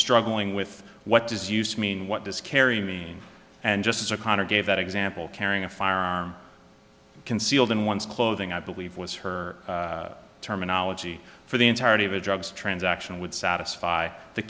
struggling with what does used to mean what does kerry mean and just as a connor gave that example carrying a firearm concealed in one's clothing i believe was her terminology for the entirety of a drugs transaction would satisfy the